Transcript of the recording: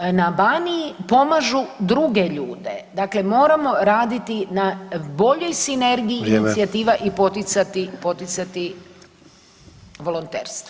na Baniji pomažu druge ljude, dakle moramo raditi na boljoj sinergiji [[Upadica: Vrijeme.]] inicijativa i poticati volonterstvo.